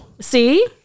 See